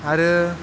आरो